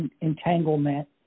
entanglement